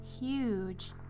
huge